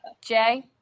Jay